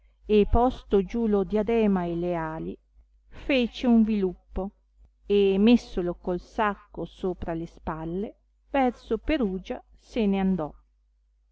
e posto giù lo diadema e le ali fece un viluppo e messolo col sacco sopra le spalle verso perugia se ne andò